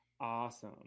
Awesome